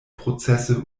prozesse